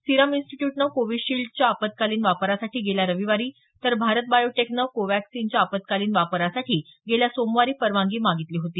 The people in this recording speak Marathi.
सीरम इन्स्टिट्यूटनं कोविशील्डच्या आपत्कालीन वापरासाठी गेल्या रविवारी तर भारत बायोटेक नं कोवक्सीनच्या आपत्कालीन वापरासाठी गेल्या सोमवारी परवानगी मागितली होती